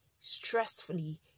stressfully